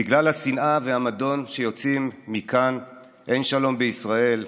בגלל השנאה והמדון שיוצאים מכאן אין שלום בישראל,